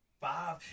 Five